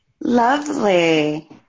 lovely